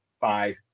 five